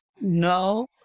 no